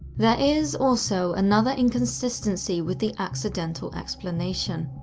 there is also another inconsistency with the accidental explanation.